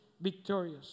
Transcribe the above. victorious